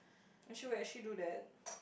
actually we actually do that